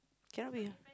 cannot be lah